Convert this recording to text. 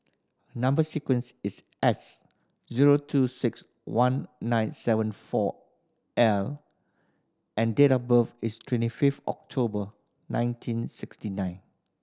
number sequence is S zero two six one nine seven four L and date of birth is twenty fifth October nineteen sixty nine